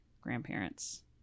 grandparents